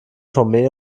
tomé